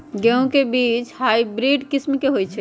गेंहू के बीज हाइब्रिड किस्म के होई छई?